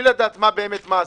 בלי לדעת מה מעשיהן.